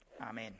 Amen